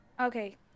Okay